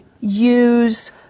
use